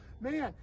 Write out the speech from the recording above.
man